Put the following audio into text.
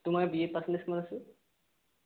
তোমাৰ বি এত পাৰ্চেন্টেজ কিমান আছিল